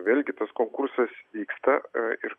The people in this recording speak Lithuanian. vėlgi tas konkursas vyksta ir